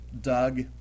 Doug